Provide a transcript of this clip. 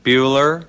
Bueller